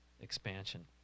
expansion